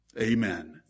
Amen